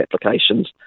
applications